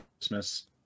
Christmas